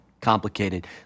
complicated